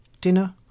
Dinner